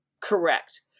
Correct